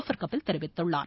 ்பர் கபில் தெரிவித்துள்ளார்